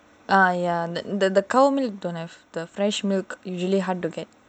ah ya the cow milk don't have the fresh milk usually hard to get